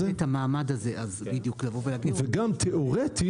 -- את המעמד הזה --- וגם תיאורטית,